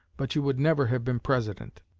but you would never have been president.